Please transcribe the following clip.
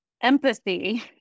empathy